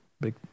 big